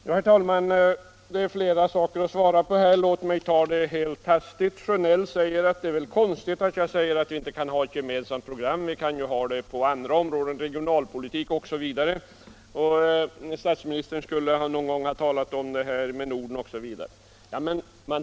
Herr talman! Det är åtskilligt att svara på — låt mig göra det helt hastigt. Herr Sjönell tycker att det är konstigt att jag säger att vi inte kan ha ett gemensamt program när vi kan ha ett sådant på andra områden, t.ex. inom regionalpolitiken. Och statsministern skulle någon gång ha talat om nordiskt samarbete.